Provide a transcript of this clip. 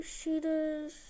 shooters